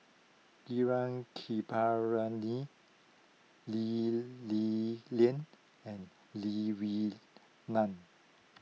Gaurav Kripalani Lee Li Lian and Lee Wee Nam